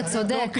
אתה צודק.